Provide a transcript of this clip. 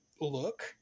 look